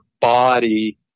body